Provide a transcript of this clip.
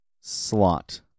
slot